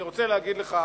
אני רוצה להגיד לך,